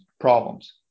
problems